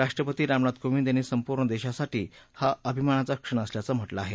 राष्ट्रपती रामनाथ कोविंद यांनी संपूर्ण देशासाठी हा अभिमानाचा क्षण असल्याचं म्हटलं आहे